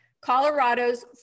Colorado's